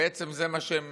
בעצם זה מה שהם